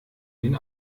den